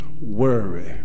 worry